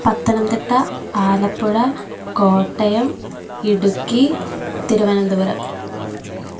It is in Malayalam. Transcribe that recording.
പത്തനംതിട്ട ആലപ്പുഴ കോട്ടയം ഇടുക്കി തിരുവനന്തപുരം